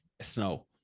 snow